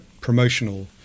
promotional